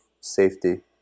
safety